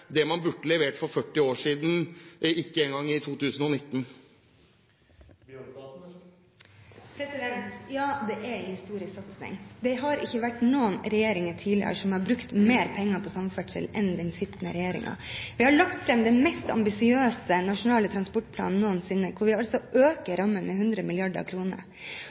det man burde ha levert for 40 år siden. Ja, det er en historisk satsing. Det har ikke vært noen tidligere regjeringer som har brukt mer penger på samferdsel enn den sittende regjeringen. Vi har lagt fram den mest ambisiøse nasjonale transportplanen noensinne, hvor vi altså øker rammene med 100